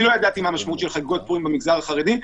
אני לא ידעתי מה משמעות חגיגות פורים במגזר החרדי,